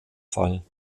fall